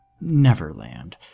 Neverland